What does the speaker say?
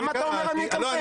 למה אתה אומר שאני בקמפיין?